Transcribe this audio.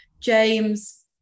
James